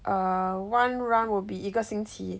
err one run will be 一个星期